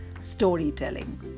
storytelling